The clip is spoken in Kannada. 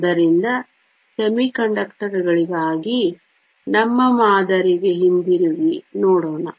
ಆದ್ದರಿಂದ ಅರೆವಾಹಕಗಳಿಗಾಗಿ ನಮ್ಮ ಮಾದರಿಗೆ ಹಿಂತಿರುಗಿ ನೋಡೋಣ